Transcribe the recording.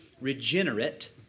regenerate